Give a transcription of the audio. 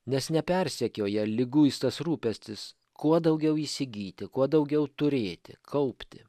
nes nepersekioja liguistas rūpestis kuo daugiau įsigyti kuo daugiau turėti kaupti